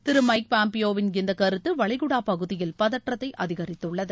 திரு Mike பாம்பியோவின் இந்த கருத்து வளைகுடா பகுதியில் பதற்றத்தை அதிகரித்துள்ளது